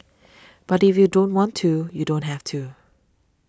but if you don't want to you don't have to